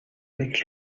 avec